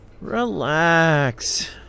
Relax